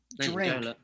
Drink